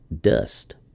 dust